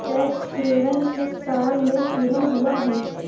Tax haven किस साल में शुरू हुआ है?